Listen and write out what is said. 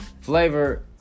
flavor